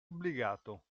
obbligato